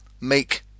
make